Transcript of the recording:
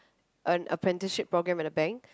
an apprenticeship program in a bank